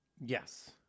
Yes